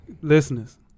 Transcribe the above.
Listeners